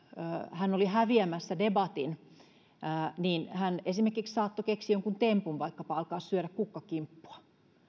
hän oli häviämässä debatin niin hän esimerkiksi saattoi keksiä jonkun tempun vaikkapa alkaa syödä kukkakimppua